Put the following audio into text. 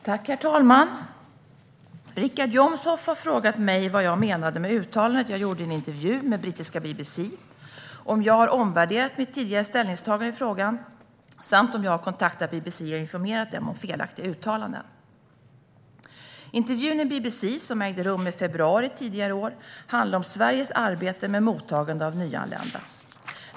Svar på interpellationer Herr talman! Richard Jomshof har frågat mig vad jag menade med uttalandet jag gjorde i en intervju med brittiska BBC, om jag har omvärderat mitt tidigare ställningstagande i frågan samt om jag har kontaktat BBC och informerat dem om felaktiga uttalanden. Intervjun i BBC, som ägde rum i februari tidigare i år, handlade om Sveriges arbete med mottagande av nyanlända.